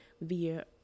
via